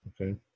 Okay